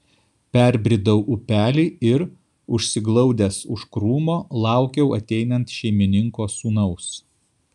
perbridau upelį ir užsiglaudęs už krūmo laukiau ateinant šeimininko sūnaus